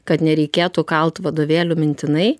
kad nereikėtų kalt vadovėlių mintinai